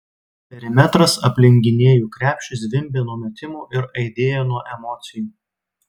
perimetras aplink gynėjų krepšį zvimbė nuo metimų ir aidėjo nuo emocijų